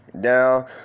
down